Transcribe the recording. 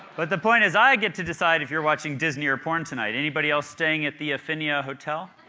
but the point is i get to decide if you're watching disney or porn tonight. anybody else staying at the affinia hotel?